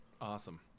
awesome